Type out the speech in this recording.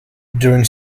during